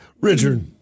Richard